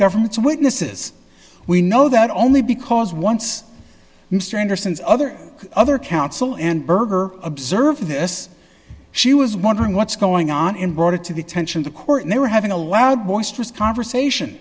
government's witnesses we know that only because once mr anderson's other other counsel and berger observed this she was wondering what's going on in brought it to the attention the court they were having a loud boisterous conversation